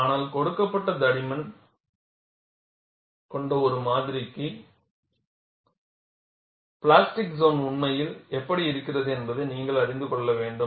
ஆனால் கொடுக்கப்பட்ட தடிமன் கொண்ட ஒரு மாதிரிக்கு பிளாஸ்டிக் சோன் உண்மையில் எப்படி இருக்கிறது என்பதை நீங்கள் அறிந்து கொள்ள வேண்டும்